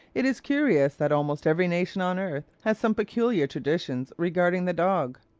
it is curious that almost every nation on earth has some particular traditions regarding the dog.